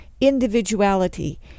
Individuality